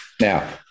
Now